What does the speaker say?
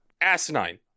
asinine